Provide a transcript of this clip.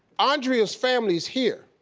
andrea's family is here.